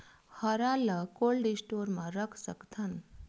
हरा ल cold store म रख सकथन?